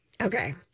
Okay